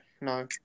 no